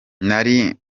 nari